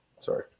Sorry